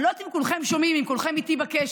אני לא יודעת אם כולם שומעים ואם כולכם איתי בקשב.